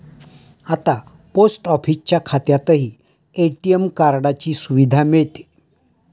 आता पोस्ट ऑफिसच्या खात्यातही ए.टी.एम कार्डाची सुविधा मिळते